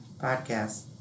podcast